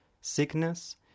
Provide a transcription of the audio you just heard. sickness